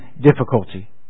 difficulty